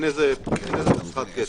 אין נוסחת קסם.